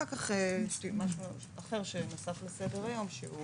אחר כך יש משהו אחר שנוסף לסדר היום, שהוא